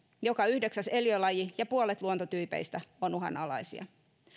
joka yhdeksäs eliölaji ja puolet luontotyypeistä ovat uhanalaisia